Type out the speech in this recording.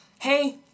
Hey